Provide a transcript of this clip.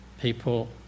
people